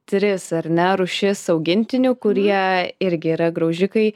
tris ar ne rūšis augintinių kurie irgi yra graužikai